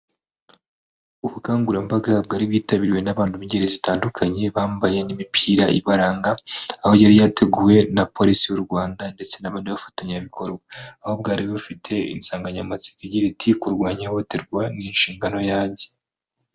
Ubukangurambaga bwari bwitabiriwe n'abantu bingeri zitandukanye bambaye n'imipira ibaranga aho yari yateguwe na polisi y'u Rwanda ndetse n'abandi bafatanyabikorwa aho bwari bufite insanganyamatsiko igira iti kurwanya ihohoterwa n'inshingano yanjye.